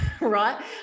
right